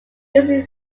usually